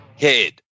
head